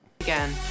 Again